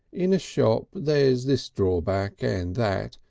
in a shop there's this drawback and that,